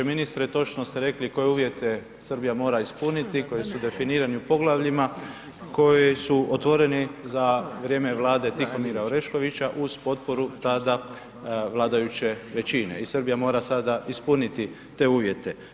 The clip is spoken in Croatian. Ministre, točno ste rekli koje uvjete Srbija mora ispuniti koji su definirani u poglavljima, koji su otvoreni za vrijeme Vlade Tihomira Oreškovića uz potporu tada vladajuće većine i Srbija mora sada ispuniti te uvjete.